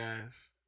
guys